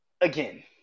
Again